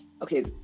Okay